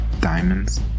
Diamonds